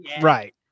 right